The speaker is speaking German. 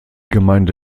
gemeinde